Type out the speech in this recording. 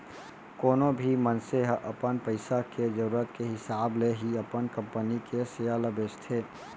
कोनो भी मनसे ह अपन पइसा के जरूरत के हिसाब ले ही अपन कंपनी के सेयर ल बेचथे